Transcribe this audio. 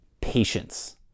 patience